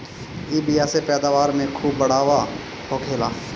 इ बिया से पैदावार में खूब बढ़ावा होखेला